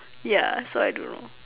ya so I don't know